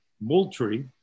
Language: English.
Moultrie